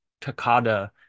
Takada